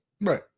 Right